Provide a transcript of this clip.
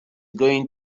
going